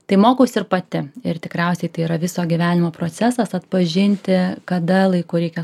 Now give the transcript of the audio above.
tai mokausi ir pati ir tikriausiai tai yra viso gyvenimo procesas atpažinti kada laiku reikia